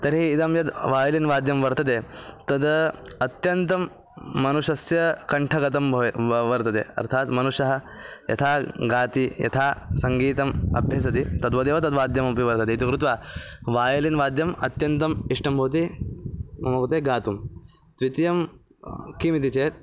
तर्हि इदं यद् वायलिन् वाद्यं वर्तते तद् अत्यन्तं मनुषस्य कण्ठगतं भवति वा वर्तते अर्थात् मनुष्यः यथा गायति यथा सङ्गीतम् अभ्यसति तद्वदेव तद्वाद्यमपि वर्तते इति कृत्वा वायलिन् वाद्यम् अत्यन्तम् इष्टं भवति मम कृते गातुं द्वितीयं किम् इति चेत्